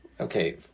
Okay